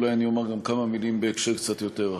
אולי אומר גם כמה מילים בהקשר קצת יותר רחב.